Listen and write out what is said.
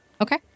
Okay